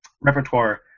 repertoire